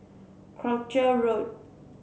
Croucher Road